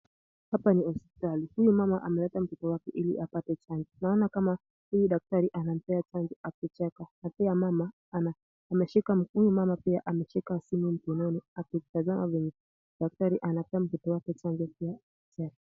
Hapa ni hospitali. Huyu mama ameleta mtoto wake apate chanjo. Naona kama huyu daktari anampea chanjo akicheka na huyu mama pia ameshika simu mkononi akitazama venye daktari anapea mtoto wake chanjo.